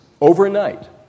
overnight